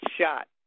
shot